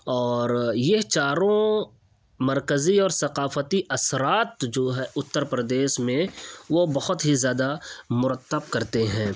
اور یہ چاروں مرکزی اور ثقافتی اثرات جو ہے اتّر پردیش میں وہ بہت ہی زیادہ مرتب کرتے ہیں